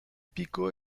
pico